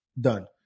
done